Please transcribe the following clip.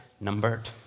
numbered